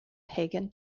pagan